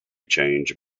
change